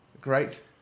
Great